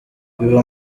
biba